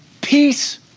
peace